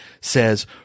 says